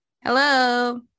Hello